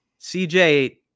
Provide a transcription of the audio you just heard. CJ